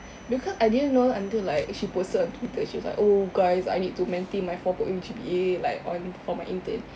because I didn't know until like she posted on Twitter she was like oh guys I need to maintain my four point O G_P_A like on for my intern